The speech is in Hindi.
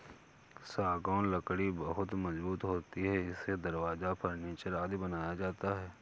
सागौन लकड़ी बहुत मजबूत होती है इससे दरवाजा, फर्नीचर आदि बनाया जाता है